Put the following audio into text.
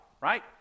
right